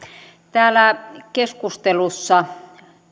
täällä keskustelussa